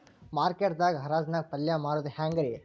Market ದಾಗ್ ಹರಾಜ್ ನಾಗ್ ಪಲ್ಯ ಮಾರುದು ಹ್ಯಾಂಗ್ ರಿ?